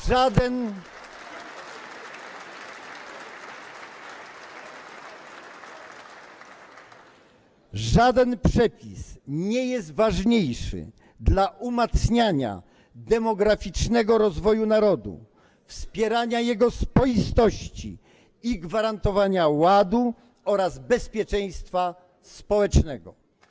Żaden przepis nie jest ważniejszy dla umacniania demograficznego rozwoju narodu, wspierania jego spoistości i gwarantowania ładu oraz bezpieczeństwa społecznego.